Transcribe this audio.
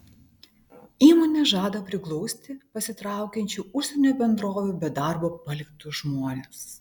įmonė žada priglausti pasitraukiančių užsienio bendrovių be darbo paliktus žmones